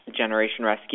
generationrescue